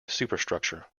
superstructure